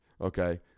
okay